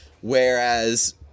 Whereas